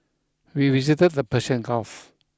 we visited the Persian Gulf